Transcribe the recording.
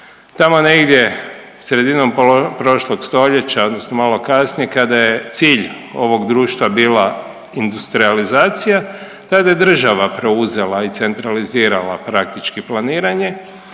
Tamo negdje sredinom prošlog stoljeća odnosno malo kasnije kada je cilj ovog društva bila industrijalizacija tada je država preuzela i centralizirala praktički planiranje